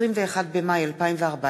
מירי רגב, אילן גילאון,